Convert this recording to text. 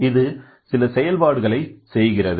இது சில செயல்பாடுகளை செய்கிறது